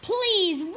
Please